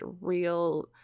Real